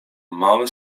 małe